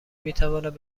میتواند